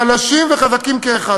חלשים וחזקים כאחד.